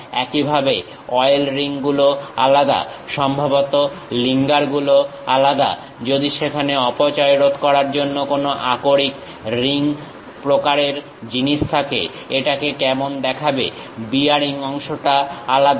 একইভাবে oil ring গুলো আলাদা সম্ভবত লিঙ্গার গুলো আলাদা যদি সেখানে অপচয় রোধ করার জন্য কোনো আকরিক রিং প্রকারের জিনিস থাকে এটাকে কেমন দেখাবে বিয়ারিং অংশটা আলাদা